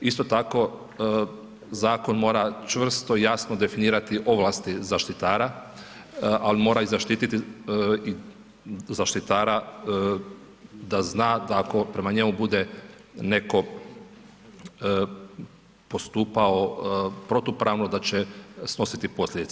Isto tako, zakon mora čvrsto i jasno definirati, ovlasti zaštitara, ali mora zaštiti i zaštitara, da zna, da ako prema njemu bude netko postupao protupravno, da će snositi posljedice.